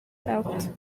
out